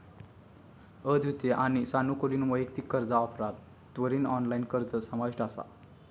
अद्वितीय आणि सानुकूलित वैयक्तिक कर्जा ऑफरात त्वरित ऑनलाइन अर्ज समाविष्ट असा